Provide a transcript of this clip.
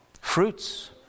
fruits